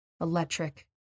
electric